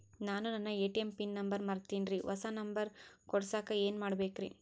ನಾನು ನನ್ನ ATM pin number ಮರ್ತೇನ್ರಿ, ಹೊಸಾ ನಂಬರ್ ಕುಡಸಾಕ್ ಏನ್ ಮಾಡ್ಬೇಕ್ರಿ?